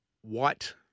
white